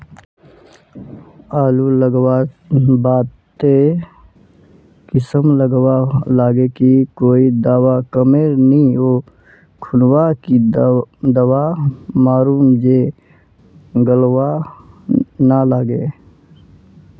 आलू लगवार बात ए किसम गलवा लागे की कोई दावा कमेर नि ओ खुना की दावा मारूम जे गलवा ना लागे?